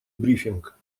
брифинг